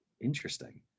Interesting